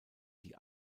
die